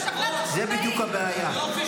--- זאת בדיוק הבעיה.